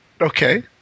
okay